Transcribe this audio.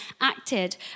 acted